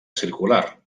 circular